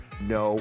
No